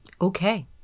Okay